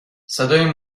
صدای